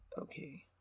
Okay